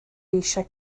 eisiau